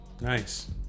Nice